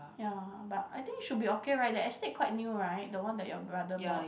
ya but I think should be okay right the estate quite new right the one that your brother bought